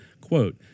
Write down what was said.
Quote